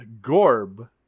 gorb